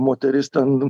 moteris ten